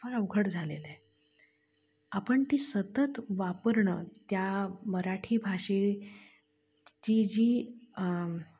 फार अवघड झालेलंय आपण ती सतत वापरणं त्या मराठी भाषे ची जी